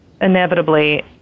inevitably